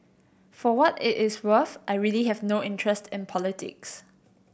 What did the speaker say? for what it is worth I really have no interest in politics